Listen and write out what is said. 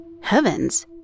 heavens